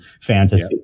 fantasy